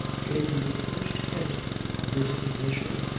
gave me the first hint of this initial,